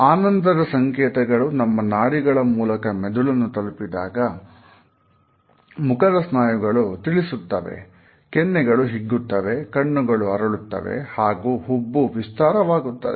ಆನಂದರ ಸಂಕೇತಗಳು ನಮ್ಮ ನಾಡಿಗಳ ಮೂಲಕ ಮೆದುಳನ್ನು ತಲುಪಿದಾಗ ಮುಖದ ಸ್ನಾಯುಗಳು ತಿಳಿಸುತ್ತವೆ ಕೆನ್ನೆಗಳು ಹಿಗ್ಗುತ್ತವೆ ಕಣ್ಣುಗಳು ಅರಳುತ್ತವೆ ಹಾಗೂ ಹುಬ್ಬು ವಿಸ್ತಾರವಾಗುತ್ತದೆ